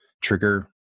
trigger